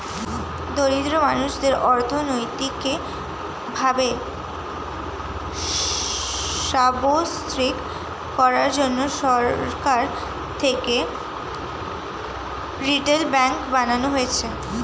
দরিদ্র মানুষদের অর্থনৈতিক ভাবে সাবলম্বী করার জন্যে সরকার থেকে রিটেল ব্যাঙ্ক বানানো হয়েছে